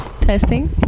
Testing